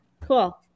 Cool